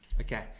Okay